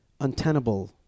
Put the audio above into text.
untenable